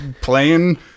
playing